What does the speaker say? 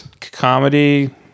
comedy